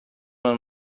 man